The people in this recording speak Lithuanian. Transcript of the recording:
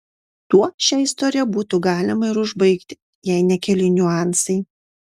tuo šią istoriją būtų galima ir užbaigti jei ne keli niuansai